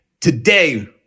today